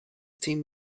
team